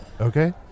okay